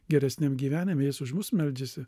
geresniam gyvenime jis už mus meldžiasi